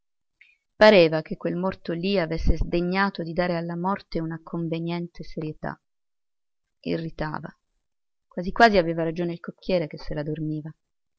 pareva che quel morto lì avesse sdegnato di dare alla morte una conveniente serietà irritava quasi quasi aveva ragione il cocchiere che se la dormiva